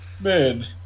Man